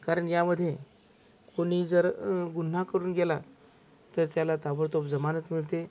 कारण ह्यामध्ये कोणी जर गुन्हा करून गेला तर त्याला ताबडतोब जमानत मिळते